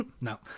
no